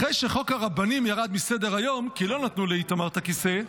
אחרי שחוק הרבנים ירד מסדר-היום כי לא נתנו לאיתמר את הכיסא,